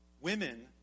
Women